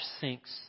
sinks